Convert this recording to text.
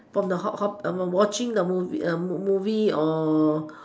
from the watching the the movie or